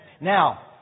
Now